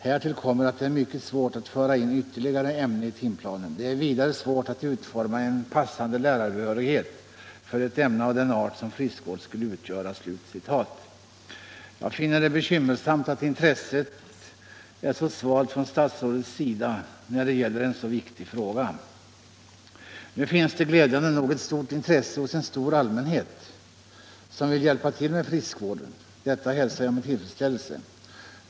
Härtill kommer att det är mycket svårt att föra in ytterligare ämnen i timplanen. Det är vidare svårt att utforma en passande lärarbehörighet för ett ämne av den art som friskvård skulle utgöra.” Jag finner det bekymmersamt att statsrådets intresse är så svalt när det gäller en så viktig fråga. Men det finns glädjande nog ett betydande intresse hos en stor allmänhet som vill hjälpa till med friskvården. Detta hälsar jag med tillfredsställelse.